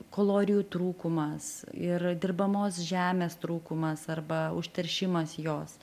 kalorijų trūkumas ir dirbamos žemės trūkumas arba užteršimas jos